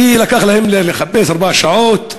ולקח להם לחפש ארבע שעות,